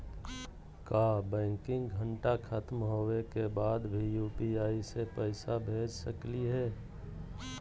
का बैंकिंग घंटा खत्म होवे के बाद भी यू.पी.आई से पैसा भेज सकली हे?